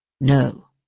No